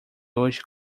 hoje